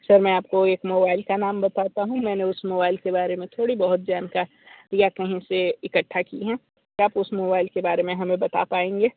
sir मैं आपको एक मोबाइल का नाम बताता हूँ मैंने उस मोबाइल के बारे में थोड़ी बहुत जानकारियाँ कहीं से इकट्ठा की हैं क्या आप उस मोबाइल के बारे में हमें बता पाएंगे